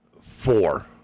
four